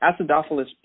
Acidophilus